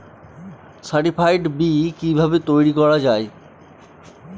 Certified বি কিভাবে তৈরি করা যায়?